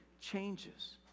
changes